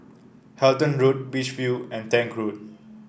Halton Road Beach View and Tank Road